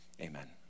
amen